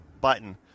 button